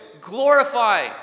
glorify